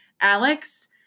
alex